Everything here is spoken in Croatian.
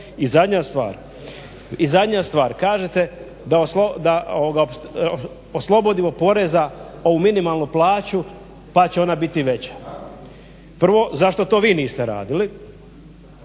I zadnja stvar, kažete da oslobodimo poreza ovu minimalnu plaću pa će ona biti veća. Prvo, zašto to vi niste radili?